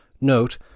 Note